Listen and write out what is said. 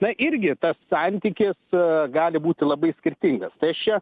na irgi tas santykis gali būti labai skirtingas tai aš čia